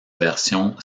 versions